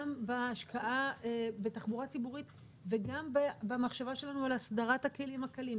גם בהשקעה בתחבורה ציבורית וגם במחשבה שלנו על הסדרת הכלים הקלים,